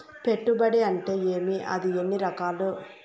పెట్టుబడి అంటే ఏమి అది ఎన్ని రకాలు